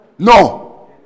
No